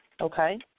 Okay